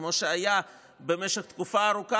כמו שהיה במשך תקופה ארוכה,